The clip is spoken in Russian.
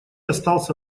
остался